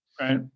Right